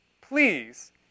please